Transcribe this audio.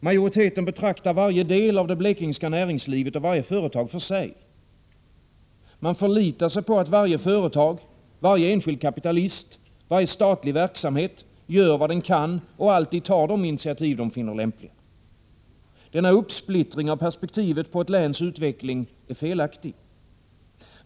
Majoriteten betraktar varje del av det blekingska näringslivet och varje företag för sig. Man förlitar sig på att varje företag, varje enskild kapitalist, varje statlig verksamhet gör vad de kan och alltid tar de initiativ de finner lämpliga. Denna uppsplittring av perspektivet på ett läns utveckling är felaktig.